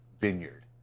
vineyard